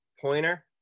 pointer